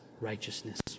righteousness